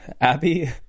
Abby